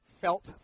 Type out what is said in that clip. felt